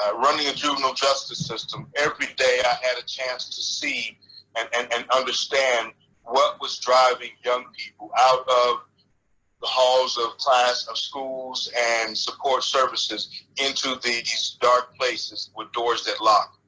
ah running a juvenile justice system every day i had a chance to see and and and understand what was driving young people out of the halls of class, of schools, and support services into these dark places with doors that lock.